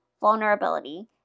vulnerability